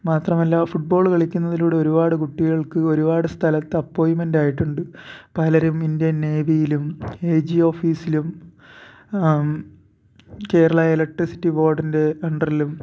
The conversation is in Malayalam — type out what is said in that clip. മാത്രമല്ല ഫുട്ബോള് കളിക്കുന്നതിലൂടെ ഒരുപാട് കുട്ടികൾക്ക് ഒരുപാട് സ്ഥലത്ത് അപ്പോയിൻമെൻ്റ് ആയിട്ടുണ്ട് പലരും ഇന്ത്യൻ നേവിയിലും എ ജി ഓഫീസിലും കേരള ഇലക്ട്രിസിറ്റി ബോർഡിൻ്റെ അണ്ടറിലും